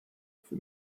für